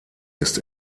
ist